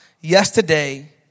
yesterday